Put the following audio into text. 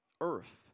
earth